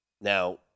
now